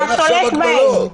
אין עכשיו הגבלות.